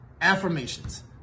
Affirmations